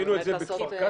עשינו את זה בכפר קאסם.